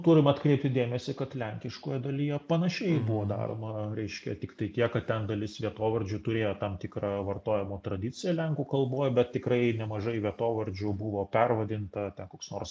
turim atkreipti dėmesį kad lenkiškoje dalyje panašiai buvo daroma reiškia tiktai tiek kad ten dalis vietovardžių turėjo tam tikrą vartojimo tradiciją lenkų kalboj bet tikrai nemažai vietovardžių buvo pervadinta ten koks nors